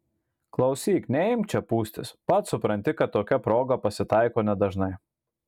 klausyk neimk čia pūstis pats supranti kad tokia proga pasitaiko nedažnai